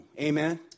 Amen